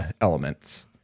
elements